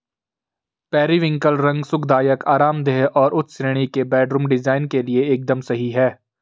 periwinkle रंग सुखदायक, आरामदेह और उच्च श्रेणी के बेडरूम डिजाइन के लिए एकदम सही है